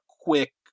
quick